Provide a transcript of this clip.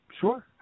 sure